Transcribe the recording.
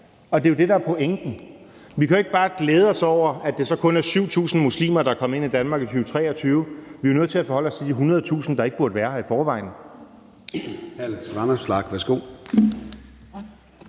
Det er jo det, der er pointen. Vi kan jo ikke bare glæde os over, at det så kun er 7.000 muslimer, der er kommet ind i Danmark i 2023. Vi er nødt til at forholde os til de 100.000, der ikke burde være her i forvejen.